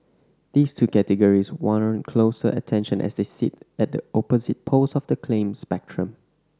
these two categories warrant closer attention as they sit at the opposite poles of the claim spectrum